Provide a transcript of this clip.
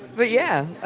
but yeah.